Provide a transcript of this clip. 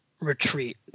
retreat